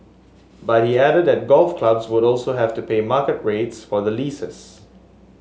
but he added that golf clubs would also have to pay market rates for the leases